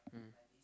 mmhmm